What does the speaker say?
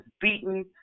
beaten